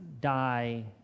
die